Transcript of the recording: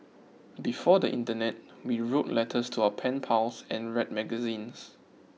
before the internet we wrote letters to our pen pals and read magazines